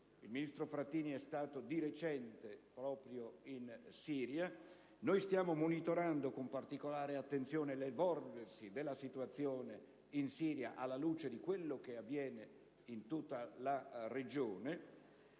Il ministro Frattini è stato di recente proprio in Siria, e noi stiamo monitorando con particolare attenzione l'evolversi della situazione in quel Paese, alla luce di quanto avviene in tutta la regione.